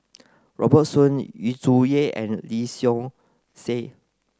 Robert Soon Yu Zhuye and Lee Seow Ser